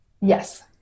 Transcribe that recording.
Yes